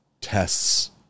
tests